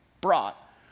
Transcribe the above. brought